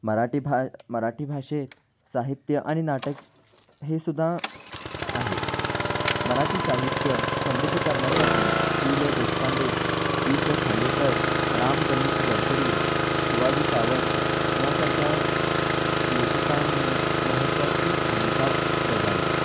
मराठी भा मराठी भाषेत साहित्य आणि नाटक हे सुुद्धा आहेत मराठी साहित्य समृद्ध करण्यासाठी पु ल देशपांडे वि स खांडेकर राम गणेश गडकरी शिवाजी सावंत यासारख्या लेखकांनी महत्त्वाची भूमिका बजावली